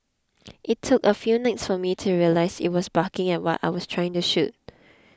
it took a few nights for me to realise it was barking at what I was trying to shoot